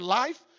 life